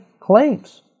claims